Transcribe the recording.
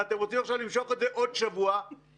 ואתם רוצים עכשיו למשוך את זה בעוד שבוע כדי